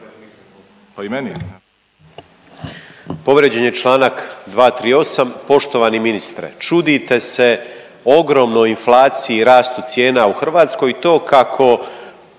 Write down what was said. (MOST)** Povrijeđen je članak 238. Poštovani ministre, čudite se ogromnoj inflaciji, rastu cijena u Hrvatskoj i to kako